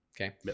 okay